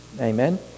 Amen